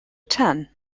ten